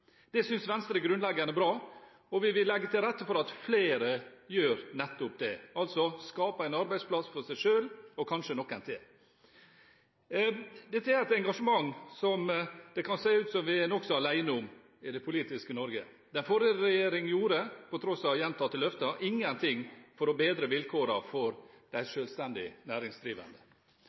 Det synes Venstre er grunnleggende bra, og vi vil legge til rette for at flere gjør nettopp det, altså skaper en arbeidsplass til seg selv og kanskje noen flere. Dette er et engasjement som det kan se ut som om vi er nokså alene om i det politiske Norge. Den forrige regjering gjorde – til tross for gjentatte løfter – ingenting for å bedre vilkårene for de selvstendig næringsdrivende.